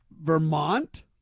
Vermont